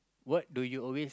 what do you always